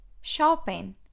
Shopping